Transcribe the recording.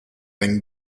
been